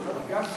לא, לא הגשתם.